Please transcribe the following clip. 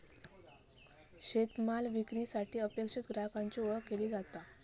शेतमाल विक्रीसाठी अपेक्षित ग्राहकाची ओळख केली जाता